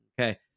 Okay